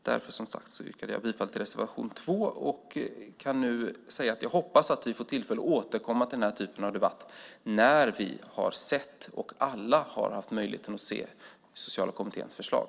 Därför, som sagt, yrkar jag bifall till reservation 2 och kan nu säga att jag hoppas att vi får tillfälle att återkomma till den här typen av debatt när vi har sett, och alla har haft möjligheten att se, Studiesociala kommitténs förslag.